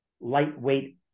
lightweight